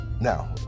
Now